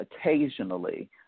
occasionally